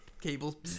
cable